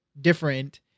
different